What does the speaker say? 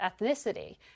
ethnicity